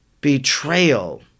betrayal